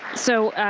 so,